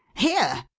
here!